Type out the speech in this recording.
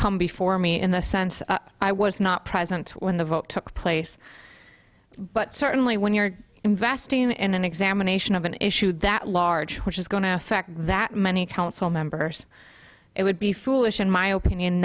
come before me in the sense i was not present when the vote took place but certainly when you're investing in an examination of an issue that large which is going to affect that many council members it would be foolish in my opinion